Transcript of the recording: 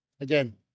again